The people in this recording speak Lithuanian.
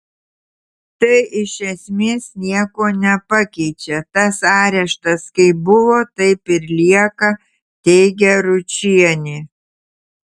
tai iš esmės nieko nepakeičia tas areštas kaip buvo taip ir lieka teigia ručienė